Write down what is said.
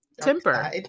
temper